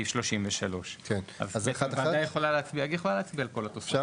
בסעיף 33. הוועדה יכולה להצביע על כל התוספות.